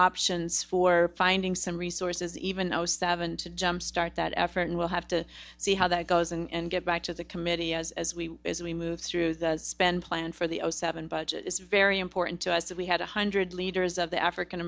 options for finding some resources even though seven to jumpstart that effort will have to see how that goes and get back to the committee as as we as we move through the spin plan for the zero seven budget it's very important to us that we had a hundred leaders of the african